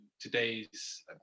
today's